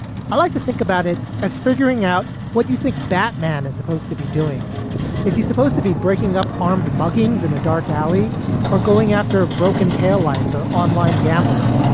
i'd like to think about it as figuring out what you think batman is supposed to be doing is he supposed to be breaking up armed muggings in a dark alley or going after a broken tail lights or online gambling?